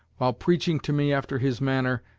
while preaching to me after his manner,